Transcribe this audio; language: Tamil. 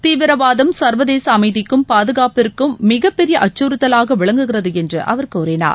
தீவிரவாதம் சர்வதேச அமைதிக்கும் பாதுகாப்பிற்கும் மிகப்பெரிய அச்சுறுத்தலாக விளங்குகிறது என்று அவர் கூறினார்